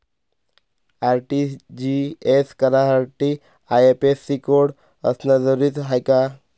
RTGS करासाठी IFSC code असनं जरुरीच हाय का?